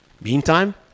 Meantime